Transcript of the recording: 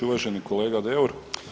Uvaženi kolega Deur.